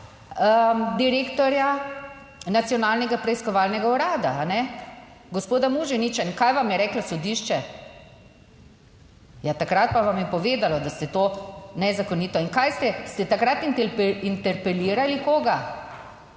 direktorja Nacionalnega preiskovalnega urada, gospoda Muženiča. In kaj vam je reklo sodišče? Ja, takrat pa vam je povedalo, da ste to nezakonito. In kaj ste, ste takrat interpelirali, koga?